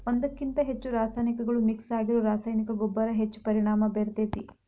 ಒಂದ್ಕಕಿಂತ ಹೆಚ್ಚು ರಾಸಾಯನಿಕಗಳು ಮಿಕ್ಸ್ ಆಗಿರೋ ರಾಸಾಯನಿಕ ಗೊಬ್ಬರ ಹೆಚ್ಚ್ ಪರಿಣಾಮ ಬೇರ್ತೇತಿ